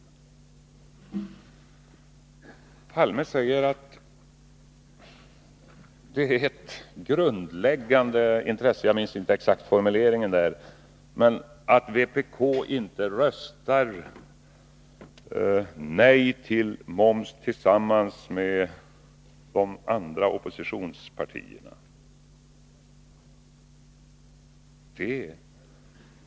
Olof Palme säger att det är ett grundläggande intresse — jag minns inte den exakta formuleringen — att vpk inte röstar nej till höjd moms tillsammans med de andra oppositionspartierna.